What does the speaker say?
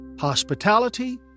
hospitality